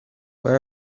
where